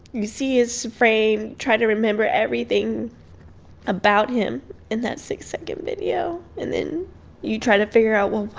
you see his frame, try to remember everything about him in that six-second video. and then you try to figure out, well,